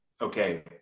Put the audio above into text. okay –